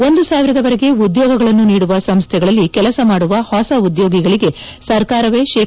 ಒಂದು ಸಾವಿರದವರೆಗೆ ಉದ್ಯೋಗಗಳನ್ನು ನೀಡುವ ಸಂಸ್ಥೆಗಳಲ್ಲಿ ಕೆಲಸ ಮಾಡುವ ಹೊಸ ಉದ್ಯೋಗಿಗಳಿಗೆ ಸರ್ಕಾರವೇ ಶೇ